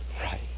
Right